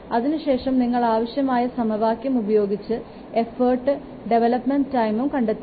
അതിനു ശേഷം നിങ്ങൾ ആവശ്യമായ സമവാക്യം ഉപയോഗിച്ച് എഫർട്ട് ഡെവലപ്പ്മെന്റ് ടൈമും കണ്ടെത്തുക